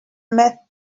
met